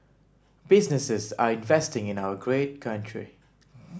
businesses are investing in our great country